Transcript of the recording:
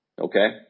okay